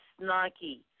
snarky